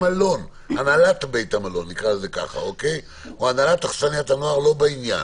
הנהלת בית המלון או הנהלת אכסניית הנוער לא בעניין.